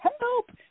help